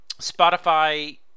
Spotify